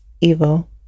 evil